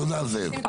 תודה, זאב.